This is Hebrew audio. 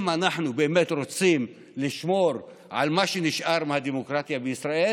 אם אנחנו באמת רוצים לשמור על מה שנשאר מהדמוקרטיה בישראל,